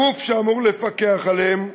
הגוף שאמור לפקח עליהם,